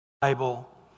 Bible